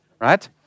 right